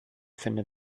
findet